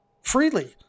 freely